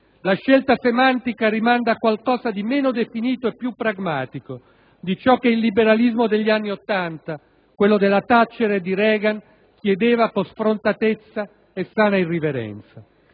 La scelta semantica rimanda a qualcosa di meno definito e più pragmatico di ciò che il liberalismo degli anni Ottanta - quello della Thatcher e di Reagan - chiedeva con sfrontatezza e sana irriverenza.